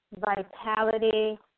vitality